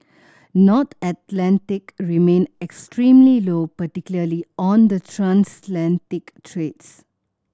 North Atlantic remained extremely low particularly on the transatlantic trades